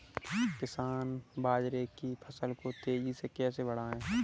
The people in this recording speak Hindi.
किसान बाजरे की फसल को तेजी से कैसे बढ़ाएँ?